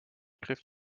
griff